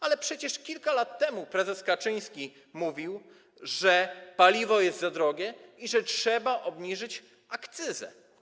A przecież kilka lat temu prezes Kaczyński mówił, że paliwo jest za drogie i że trzeba obniżyć akcyzę.